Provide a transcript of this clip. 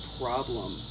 problem